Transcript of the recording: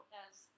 Yes